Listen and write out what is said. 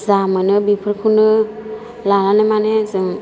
जा मोनो बेफोरखौनो लानानै माने जों